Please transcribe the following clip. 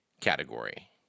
category